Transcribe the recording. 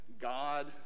God